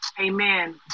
Amen